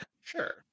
Sure